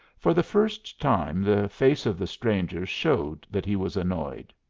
for the first time the face of the stranger showed that he was annoyed.